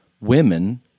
women